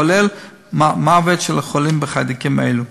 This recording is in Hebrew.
כולל מוות של החולים בחיידקים אלה.